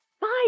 Bye